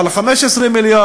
על 15 מיליארד,